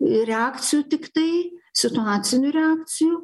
ir reakcijų tiktai situacinių reakcijų